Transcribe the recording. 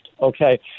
Okay